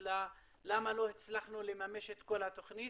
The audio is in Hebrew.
ללמה לא הצלחנו לממש את כל התוכנית.